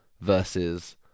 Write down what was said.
versus